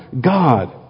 God